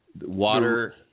water